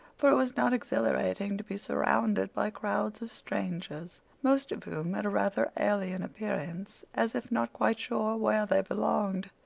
for it was not exhilarating to be surrounded by crowds of strangers, most of whom had a rather alien appearance, as if not quite sure where they belonged.